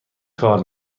کار